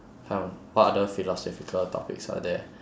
come what other philosophical topics are there